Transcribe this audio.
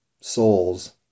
souls